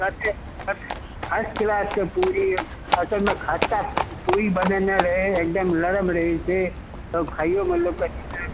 ततेक फर्स्ट क्लासके पूरी असलमे खस्ता पूरी बनयने रहे एकदम लरम रहैत छै तब खाइयोमे लोककेँ नीक लागैत छै